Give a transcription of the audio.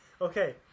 Okay